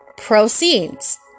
Proceeds